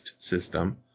system